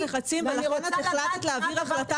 -- חברת הכנסת גמליאל,